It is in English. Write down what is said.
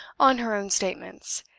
on her own statements,